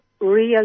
real